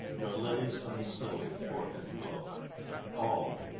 nor lilies on the snowy forehead blow all,